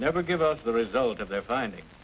never give us the result of their finding